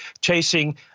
chasing